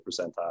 percentile